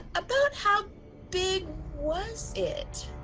about how big was it?